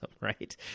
right